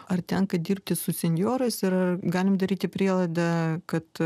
ar tenka dirbti su senjorais ir ar galim daryti prielaidą kad